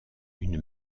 une